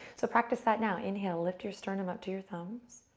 so practice that now. inhale, lift your sternum up to your thumbs,